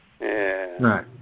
Right